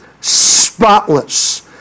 spotless